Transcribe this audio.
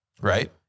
Right